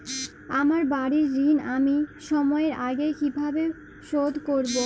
আমার বাড়ীর ঋণ আমি সময়ের আগেই কিভাবে শোধ করবো?